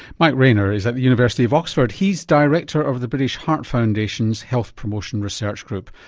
mike rayner is at the university of oxford. he's director of the british heart foundation's health promotion research group.